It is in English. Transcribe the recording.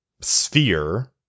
sphere